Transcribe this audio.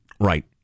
Right